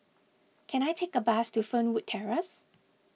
can I take a bus to Fernwood Terrace